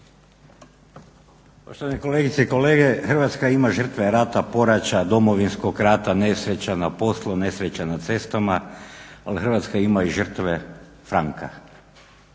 Poštovani kolegice i kolege Hrvatska ima žrtve rata, poraća, Domovinskog rata, nesreća na poslu, nesreća na cestama ali Hrvatska ima i žrtve franka,